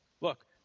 Look